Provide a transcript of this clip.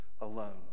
alone